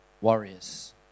warriors